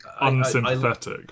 unsympathetic